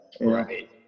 Right